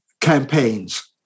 campaigns